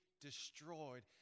destroyed